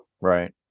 Right